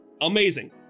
Amazing